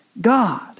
God